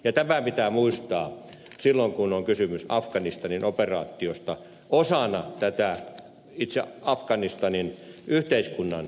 tämä pitää muistaa silloin kun on kysymys afganistanin operaatiosta osana tätä itse afganistanin yhteiskunnan tulevaisuutta